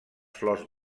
flors